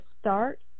start